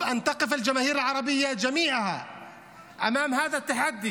מה שנדרש זה שיעמוד ההמון הערבי כולו במאבק הזה,